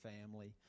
family